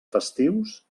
festius